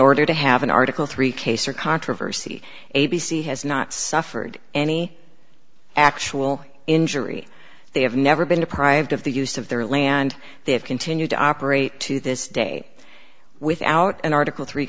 order to have an article three case or controversy a b c has not suffered any actual injury they have never been deprived of the use of their land they have continued to operate to this day without an article three